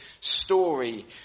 story